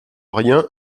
rien